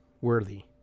worthy